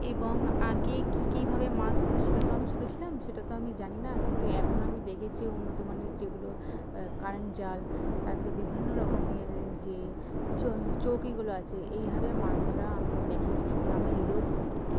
এবং আগে কী কীভাবে মাছ ধরতো সেটা তো আমি ছোট ছিলাম সেটা তো আমি জানি না কিন্তু এখন আমি দেখেছি উন্নতমানের যেগুলো কারেন্ট জাল তারপরে বিভিন্ন রকমের যে চ চৌকিগুলো আছে এইভাবে মাছ ধরা আমি দেখেছি এবং আমি নিজেও ধরেছি